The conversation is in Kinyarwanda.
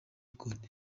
record